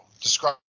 describe